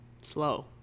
Slow